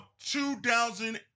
2000